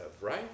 right